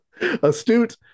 astute